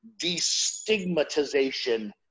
destigmatization